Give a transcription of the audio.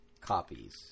copies